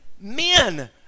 men